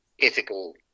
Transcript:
ethical